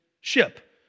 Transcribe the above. ship